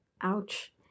ouch